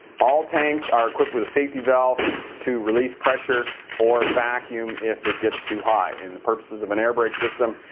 all tanks are equipped with a safety valve to release pressure or vacuum if it gets too high. for the purposes of an airbrake system,